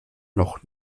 noch